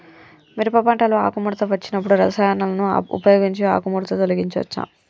మిరప పంటలో ఆకుముడత వచ్చినప్పుడు రసాయనాలను ఉపయోగించి ఆకుముడత తొలగించచ్చా?